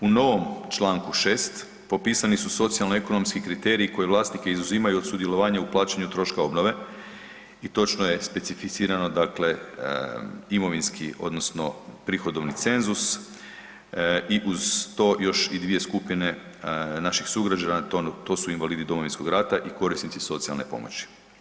U novom čl. 6. popisani su socijalno ekonomski kriteriji koje vlasnike izuzimaju od sudjelovanja u plaćanju troška obnove i točno je specificirano imovinski odnosno prihodovni cenzus i uz to još i dvije skupine naših sugrađana, to su invalidi Domovinskog rata i korisnici socijalne pomoći.